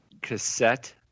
cassette